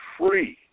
free